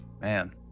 Man